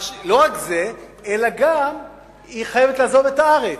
לא רק זה, אלא היא גם חייבת לעזוב את הארץ.